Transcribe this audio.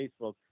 facebook